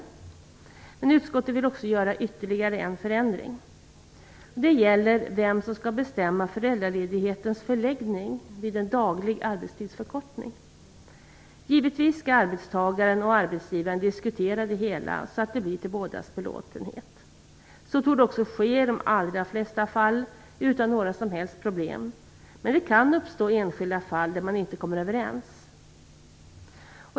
Men utskottet vill också göra ytterligare en förändring. Det gäller vem som skall bestämma föräldraledighetens förläggning vid en daglig arbetstidsförkortning. Givetvis skall arbetstagaren och arbetsgivaren diskutera detta, så att det blir till bådas belåtenhet. Så torde också ske i de allra flesta fall utan några som helst problem, men det kan förekomma enskilda fall där man inte kommer överens.